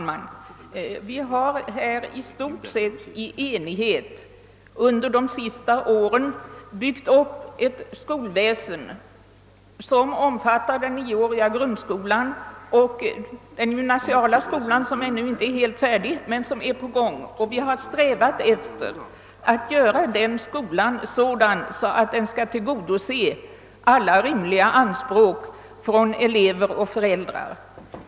Herr talman! Vi har, i stort sett i enighet, under de senaste åren byggt upp ett skolväsen som omfattar den nioåriga grundskolan och den gymnasiala skolan, som ännu inte är helt färdig men som är på gång. Vi har strävat efter att göra den skolan sådan att den skall motsvara alla rimliga anspråk från elever och föräldrar.